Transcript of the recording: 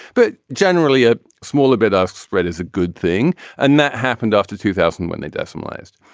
but generally a smaller bid ask spread is a good thing and that happened after two thousand when they just realized.